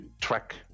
track